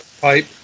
pipe